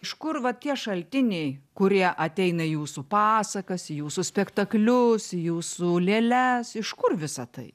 iš kur va tie šaltiniai kurie ateina į jūsų pasakas į jūsų spektaklius jūsų lėles iš kur visa tai